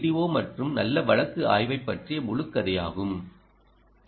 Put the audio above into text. ஓ மற்றும் நல்ல வழக்கு ஆய்வைப் பற்றிய முழு கதையாகும் எல்